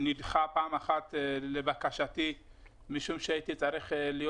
הוא נדחה פעם אחת לבקשתי משום שהייתי צריך להיות